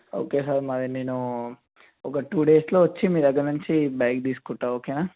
okay sir మరి నేను ఒక టూ డేస్లో వచ్చి మీ దగ్గర నుంచి బైక్ తీసుకుంటాను ఓకేనా